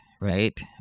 right